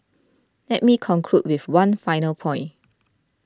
let me conclude with one final point